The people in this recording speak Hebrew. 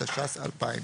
התש"ס-2000.